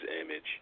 Image